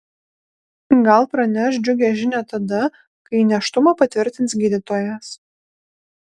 gal praneš džiugią žinią tada kai nėštumą patvirtins gydytojas